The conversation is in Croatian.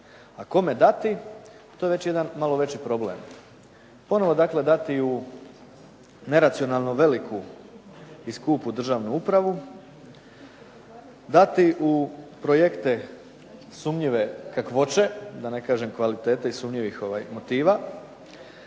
a kome dati, to je već jedan malo veći problem. Ponovo dakle dati u neracionalno veliku i skupu državnu upravu, dati u projekte sumnjive kakvoće, da ne kažem kvalitete i sumnjivih motiva,